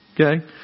okay